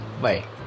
bye